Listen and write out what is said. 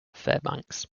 fairbanks